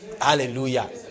Hallelujah